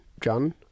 John